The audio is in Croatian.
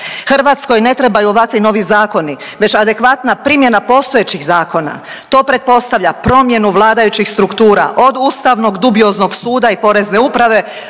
Hrvatskoj ne trebaju ovakvi novi zakoni, već adekvatna primjena postojećih zakona. To pretpostavlja promjenu vladajućih struktura od ustavnog dubioznog suda i Porezne uprave